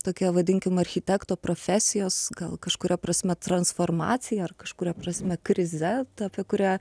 tokia vadinkim architekto profesijos gal kažkuria prasme transformacija ar kažkuria prasme krize ta apie kurią